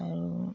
আৰু